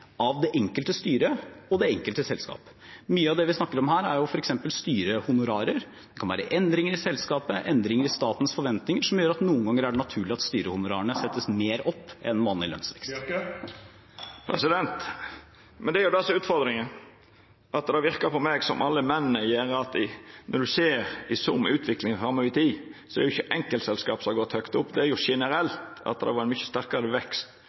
enkelte selskap. Mye av det vi snakker om her, er f.eks. styrehonorarer. Det kan være endringer i selskapet, endringer i statens forventninger som gjør at det noen ganger er naturlig at styrehonorarene settes mer opp enn vanlig lønnsvekst. Men det er jo det som er utfordringa. Det ser ut for meg som at alle «men»-a gjer at når ein ser utviklinga i sum over i tid, er det ikkje enkeltselskap som har gått høgt opp, men det har vore ein mykje sterkare vekst i dei statlege selskapa generelt. Skal ein få ei endring her, må det